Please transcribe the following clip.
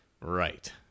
Right